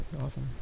awesome